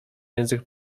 język